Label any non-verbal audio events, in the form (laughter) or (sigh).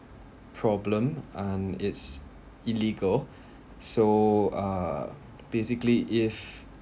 problem um it's illegal (breath) so uh basically if